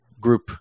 group